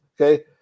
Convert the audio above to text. Okay